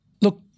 Look